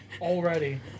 Already